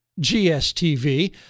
GSTV